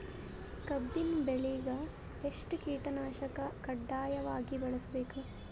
ಕಬ್ಬಿನ್ ಬೆಳಿಗ ಎಷ್ಟ ಕೀಟನಾಶಕ ಕಡ್ಡಾಯವಾಗಿ ಬಳಸಬೇಕು?